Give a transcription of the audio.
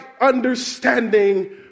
understanding